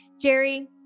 jerry